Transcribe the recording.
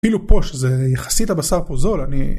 אפילו פה שזה יחסית הבשר פה זול, אני...